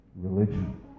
religion